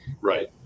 Right